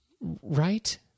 right